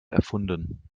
erfunden